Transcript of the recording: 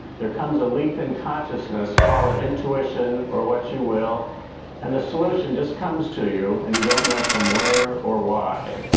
there comes a leap in consciousness call it intuition or what you will and the solution just comes to you, and you don't know from where or why.